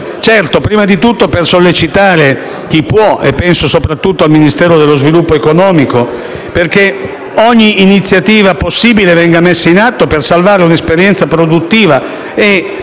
certo prima di tutto per sollecitare chi può - e penso soprattutto al Ministero dello sviluppo economico - perché ogni iniziativa possibile venga messa in atto per salvare un'esperienza produttiva